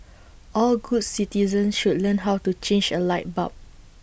all good citizens should learn how to change A light bulb